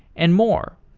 and more.